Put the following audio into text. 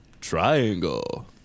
triangle